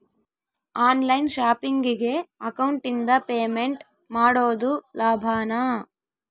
On line ಶಾಪಿಂಗಿಗೆ ಅಕೌಂಟಿಂದ payment ಮಾಡೋದು ಲಾಭಾನ?